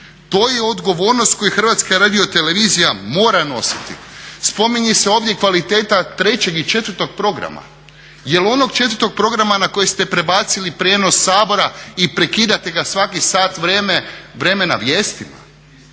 To je odgovornost koju HRT mora nositi. Spominje se ovdje kvaliteta trećeg i četvrtog programa, jel onog četvrtog programa na koji ste prebacili prijenos Sabora i prekidate ga svakih sat vremena vijestima?